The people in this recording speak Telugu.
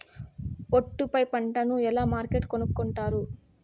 ఒట్టు పై పంటను ఎలా మార్కెట్ కొనుక్కొంటారు?